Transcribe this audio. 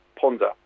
ponder